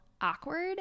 awkward